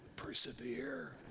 persevere